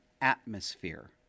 atmosphere